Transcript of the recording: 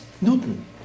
Newton